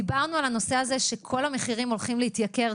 דיברנו על כך שכל המחירים הולכים להתייקר.